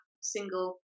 single